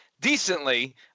decently